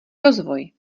rozvoj